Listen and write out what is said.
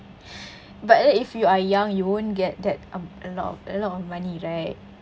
but like if you are young you won't get that um a lot of a lot of money right